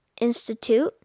Institute